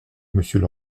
monsieur